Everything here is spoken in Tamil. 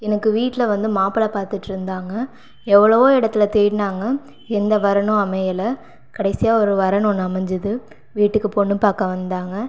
எனக்கு வீட்டில் வந்து மாப்பிள்ளை பார்த்துட்ருந்தாங்க எவ்வளவோ இடத்துல தேடினாங்க எந்த வரனும் அமையலை கடைசியாக ஒரு வரன் ஒன்று அமைஞ்சுது வீட்டுக்கு பெண்ணு பார்க்க வந்தாங்க